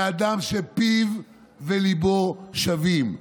באדם שפיו וליבו שווים,